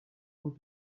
will